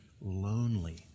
lonely